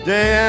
Day